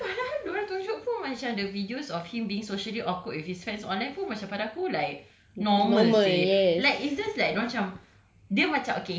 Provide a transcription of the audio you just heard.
padahal dia orang tunjuk pun macam the videos of him being socially awkward with his fans online pun macam pada aku like normal seh like it's just like macam